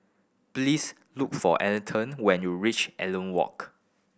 please look for Aleten when you reach Walk